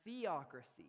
theocracy